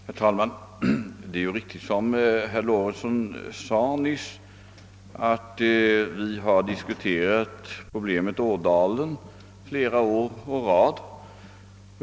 Herr talman! Det är ju riktigt, såsom herr Lorentzon nyss sade, att vi har diskuterat problemet Ådalen flera år å rad.